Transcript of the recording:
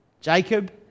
Jacob